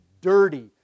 dirty